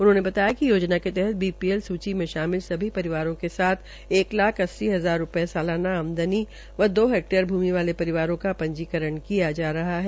उन्होंने बताया कि योजना के तहत बीपीएल सूची में शामिल सभी परिवारों के साथ एक लाख अस्सी हजार रूपये की सलाना आमदनी व दो ठेके पर भूमि वाले परिवारों का पंजीकरण किया जा रहा है